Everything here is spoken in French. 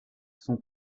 son